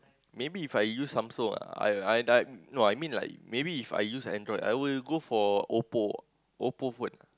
maybe If I use Samsung ah I I die no I mean like maybe If I use Android I will go for Oppo Oppo phone